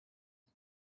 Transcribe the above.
and